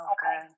Okay